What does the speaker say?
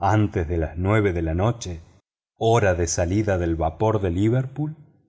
antes de las nueve de la noche hora de salida del vapor de liverpool